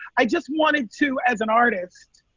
i just wanted to, as an artist,